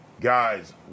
Guys